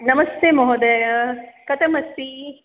नमस्ते महोदय कथमस्ति